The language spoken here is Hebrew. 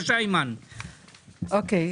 אימאן, בקשה.